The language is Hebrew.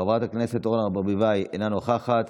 חברת הכנסת אורנה ברביבאי, אינה נוכחת,